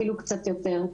אפילו קצת יותר.